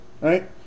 right